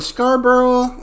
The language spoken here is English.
Scarborough